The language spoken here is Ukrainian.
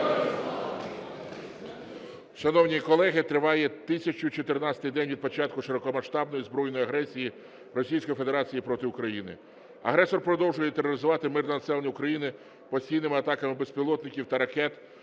Шановні колеги, триває 1014-й день від початку широкомасштабної збройної агресії Російської Федерації проти України. Агресор продовжує тероризувати мирне населення України постійними атаками безпілотників та ракет,